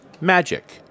magic